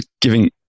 giving